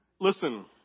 listen